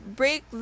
break